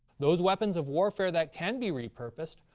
those weapons of warfare that can be repurposed,